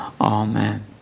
amen